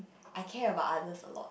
I care about others a lot